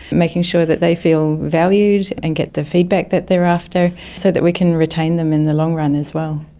making sure that they feel valued and get the feedback that they are after so that we can retain them in the long run as well.